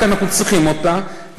כי אנחנו צריכים אותה,